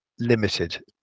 limited